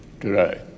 today